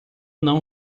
não